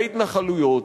בהתנחלויות,